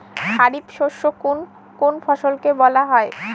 খারিফ শস্য কোন কোন ফসলকে বলা হয়?